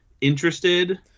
interested